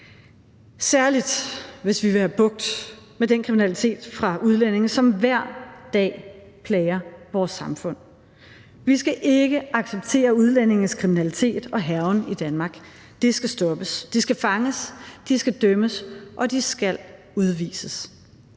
særlig, hvis vi vil have bugt med den kriminalitet fra udlændinge, som hver dag plager vores samfund. Vi skal ikke acceptere udlændinges kriminalitet og hærgen i Danmark. Det skal stoppes. De skal fanges, de skal dømmes, og de skal udvises.